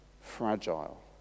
fragile